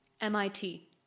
MIT